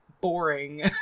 boring